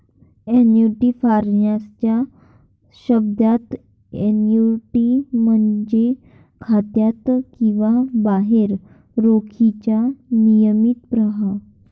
annuity finance च्या शब्दात, annuity म्हणजे खात्यात किंवा बाहेर रोखीचा नियमित प्रवाह